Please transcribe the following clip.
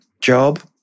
job